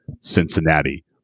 Cincinnati